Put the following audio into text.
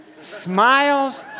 smiles